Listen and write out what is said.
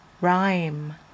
rhyme